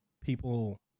people